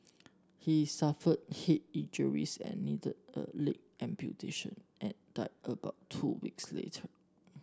he suffered head injuries and needed a leg amputation and died about two weeks later